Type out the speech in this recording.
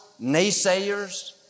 naysayers